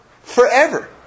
forever